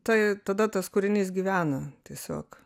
tai tada tas kūrinys gyvena tiesiog